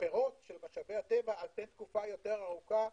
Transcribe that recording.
הפירות של משאבי הטבע על פני תקופה יותר ארוכה,